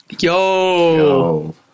yo